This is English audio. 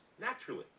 naturally